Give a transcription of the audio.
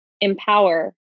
empower